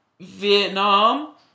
Vietnam